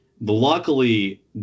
Luckily